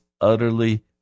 utterly